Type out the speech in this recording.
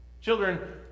Children